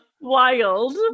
Wild